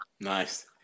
Nice